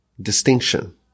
distinction